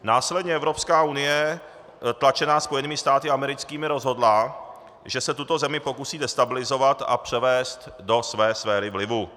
Následně Evropská unie tlačená Spojenými státy americkými rozhodla, že se tuto zemi pokusí destabilizovat a převést do své sféry vlivu.